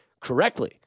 correctly